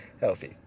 healthy